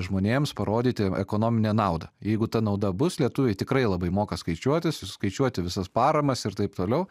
žmonėms parodyti ekonominę naudą jeigu ta nauda bus lietuviai tikrai labai moka skaičiuotis susiskaičiuoti visas paramas ir taip toliau